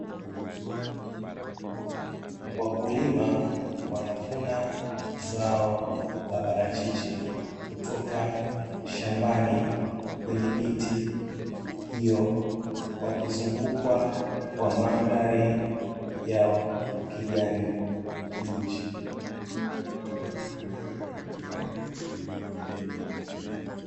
Wakulima wanavuna zao la parachichi kutoka shambani kwenye miti hiyo, wakizungukwa kwa mandhari ya ukijani kibichi.